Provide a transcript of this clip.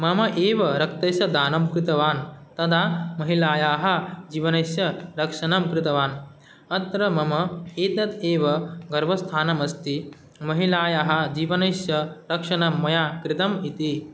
मम एव रक्तस्स दानं कृतवान् तदा महिलायाः जीवनस्य रक्षणं कृतवान् अत्र मम एतत् एव गर्वस्थानमस्ति महिलायाः जीवनस्य रक्षणं मया कृतम् इति